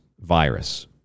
virus